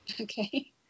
Okay